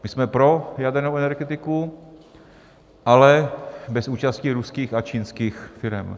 My jsme pro jadernou energetiku, ale bez účasti ruských a čínských firem.